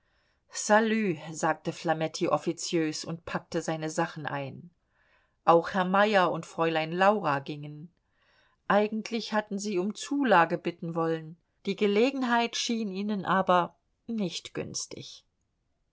salü sagte flametti offiziös und packte seine sachen ein auch herr meyer und fräulein laura gingen eigentlich hatten sie um zulage bitten wollen die gelegenheit schien ihnen aber nicht günstig